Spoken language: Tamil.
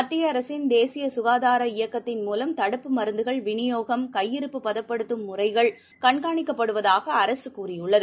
மத்தியஅரசின் தேசியசுகாதார இயக்கத்தின் மூலம் மருந்துகள் விநியோகம் கையிருப்பு தடுப்பு பதப்படுத்தும் முறைகள் கண்காணிக்கப்படுவதாகஅரசுகூறியுள்ளது